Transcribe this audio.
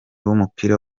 w’umupira